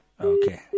Okay